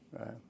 Right